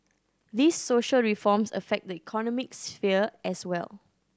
these social reforms affect the economic sphere as well